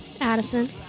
Addison